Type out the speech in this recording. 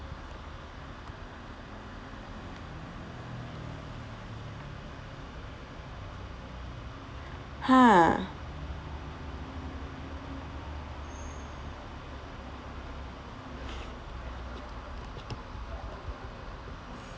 ha